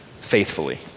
faithfully